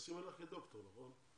מתייחסים אליך כדוקטור, נכון?